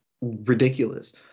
ridiculous